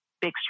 big